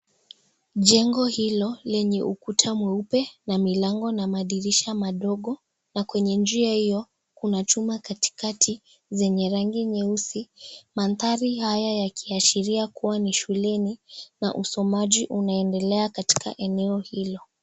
Jengo hilo lenye ukuta mweupe na milango na madirisha madogo na kwenye njia hiyo kuna chuma katikati zenye rangi nyeusi. Mandhari haya yakiashiria kuwa ni shuleni na usomaji unaendelea katika maeneo hiyo.